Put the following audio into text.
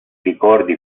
ricordi